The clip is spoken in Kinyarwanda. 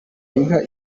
girinka